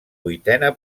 vuitena